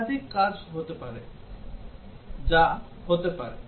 একাধিক কাজ হতে পারে যা হতে পারে